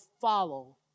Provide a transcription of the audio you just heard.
follow